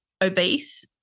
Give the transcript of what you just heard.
obese